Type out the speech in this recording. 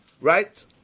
right